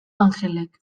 angelek